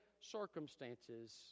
circumstances